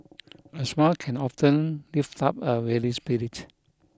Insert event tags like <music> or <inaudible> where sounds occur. <noise> a smile can often lift up a weary spirit